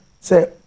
say